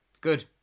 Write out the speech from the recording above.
good